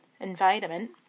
environment